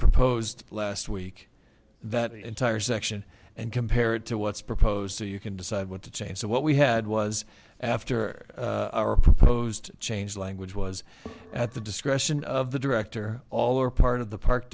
proposed last week that entire section and compare it to what's proposed so you can decide what to change so what we had was after our proposed change language was at the discretion of the director all or part of the park